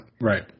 right